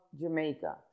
jamaica